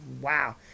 wow